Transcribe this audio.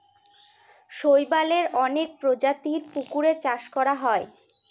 শৈবালের অনেক প্রজাতির পুকুরে চাষ করা হয়